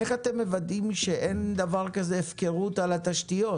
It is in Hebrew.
איך אתם מוודאים שאין דבר כזה הפקרות על התשתיות,